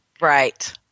Right